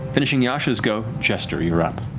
finishing yasha's go. jester, you're up.